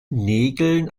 nägeln